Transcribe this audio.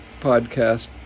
podcast